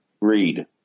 read